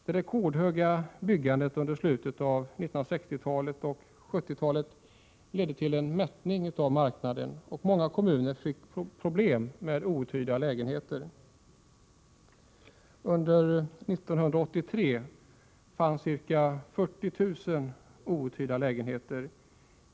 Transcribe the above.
Det rekordhöga byggandet under slutet av 1960-talet och under 1970-talet ledde till en mättning av marknaden, och många kommuner fick problem med outhyrda lägenheter. Under 1983 fanns ca 40 000 outhyrda lägenheter.